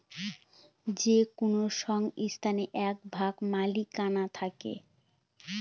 যে কোনো সংস্থার এক ভাগ মালিকানা থাকে